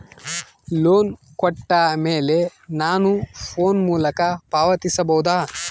Loan ಕೊಟ್ಟ ಮೇಲೆ ನಾನು ಫೋನ್ ಮೂಲಕ ಪಾವತಿಸಬಹುದಾ?